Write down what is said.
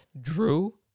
Drew